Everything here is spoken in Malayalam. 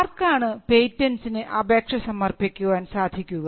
ആർക്കാണ് പേറ്റന്റ്സിന് അപേക്ഷ സമർപ്പിക്കുവാൻ സാധിക്കുക